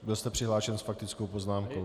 Byl jste přihlášen s faktickou poznámkou.